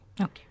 Okay